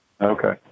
Okay